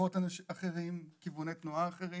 ריחות אחרים, כיווני תנועה אחרים,